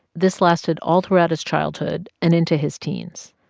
this lasted all throughout his childhood and into his teens.